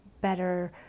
better